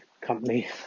company